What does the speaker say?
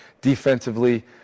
Defensively